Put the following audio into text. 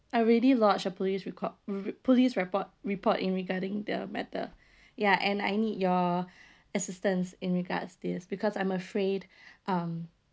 I already lodged a police record re~ police report report in regarding the matter ya and I need your assistance in regards this because I'm afraid um